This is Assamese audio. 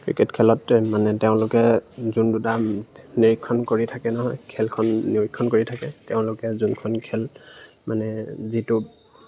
ক্ৰিকেট খেলত মানে তেওঁলোকে যোন দুটা নিৰীক্ষণ কৰি থাকে নহয় খেলখন নিৰীক্ষণ কৰি থাকে তেওঁলোকে যোনখন খেল মানে যিটো